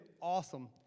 awesome